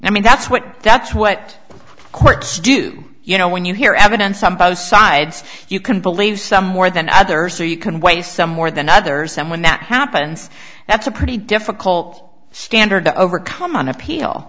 i mean that's what that's what courts do you know when you hear evidence on both sides you can believe some more than others so you can waste some more than others and when that happens that's a pretty difficult standard to overcome on appeal